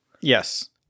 Yes